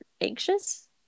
anxious